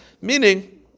Meaning